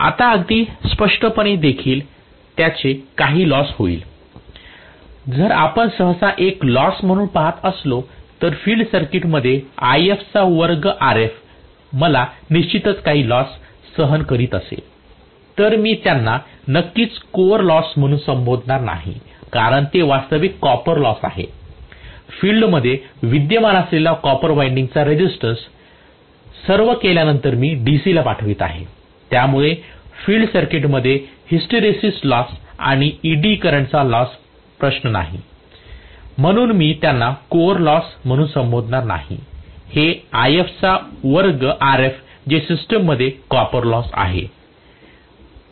आता अगदी स्पष्टपणे देखील त्याचे काही लॉस होईल जर आपण सहसा एक लॉस पाहत असतो तर फील्ड सर्किटमध्ये If चा वर्ग Rf मला निश्चितच काही लॉस सहन करीत असेल तर मी त्यांना नक्कीच कोअर लॉस म्हणून संबोधणार नाही कारण ते वास्तविक कॉपर लॉस आहे फील्डमध्ये विद्यमान असलेल्या कॉपर वाइंडिंग चा रेजिस्टन्स सर्व केल्यानंतर मी DC पाठवित आहे त्यामुळे फील्ड सर्किटमध्ये हिस्टेरिसिस लॉसचा आणि ईडी करंट लॉसचा प्रश्न नाही म्हणून मी त्यांना कोअर लॉस म्हणून संबोधणार नाही हे If चा वर्ग Rf जे सिस्टममध्ये कॉपर लॉस आहे